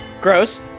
Gross